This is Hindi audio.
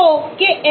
तो Kx KH है